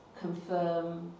confirm